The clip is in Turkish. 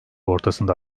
ortasında